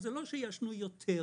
זה לא שיעשנו יותר,